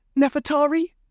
Nefertari